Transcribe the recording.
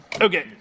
Okay